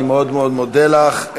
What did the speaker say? אני מאוד מאוד מודה לך.